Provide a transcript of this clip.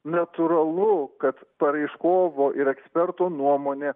natūralu kad paraiškovo ir eksperto nuomonė